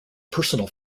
personal